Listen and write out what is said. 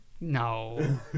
No